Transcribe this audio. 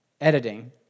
editing